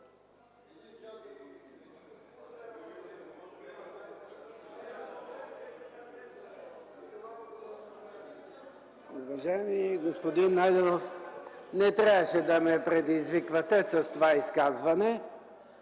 Уважаеми господин Найденов, не трябваше да ме предизвиквате с това изказване.